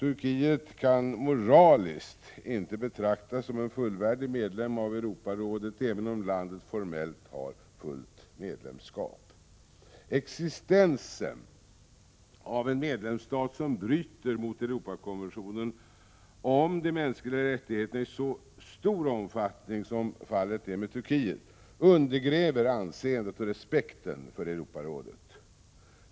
Turkiet kan moraliskt inte betraktas som en fullvärdig medlem av Europarådet, även om landet formellt har fullt medlemskap. Existensen av en medlemsstat som bryter mot Europakonventionen om mänskliga rättigheter i så stor omfattning som fallet är med Turkiet, undergräver anseendet och respekten för Europarådet.